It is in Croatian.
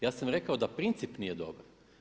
Ja sam rekao da princip nije dobar.